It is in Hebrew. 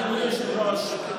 אדוני היושב-ראש,